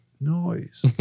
noise